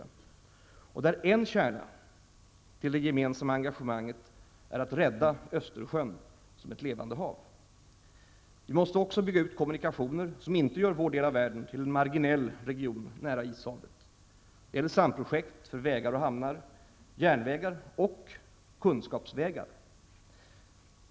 och där en kärna till det gemensamma engagemanget är att rädda Östersjön som ett levande hav. Vi måste också bygga ut kommunikationer som inte gör vår del av världen till en marginell region, nära Ishavet. Det gäller samprojekt för vägar och hamnar, järnvägar och kunskapsvägar.